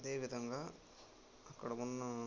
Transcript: అదేవిధంగా అక్కడ ఉన్న